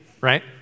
right